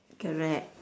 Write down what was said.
correct